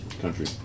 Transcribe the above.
country